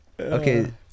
Okay